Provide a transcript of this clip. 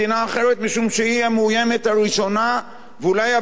משום שהיא המאוימת הראשונה ואולי הבלבדית,